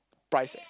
price eh